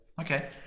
Okay